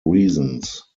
reasons